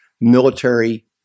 military